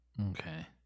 Okay